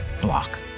block